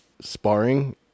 sparring